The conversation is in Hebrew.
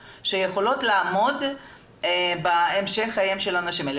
שיכולות לעמוד בהמשך חייהם של האנשים האלה.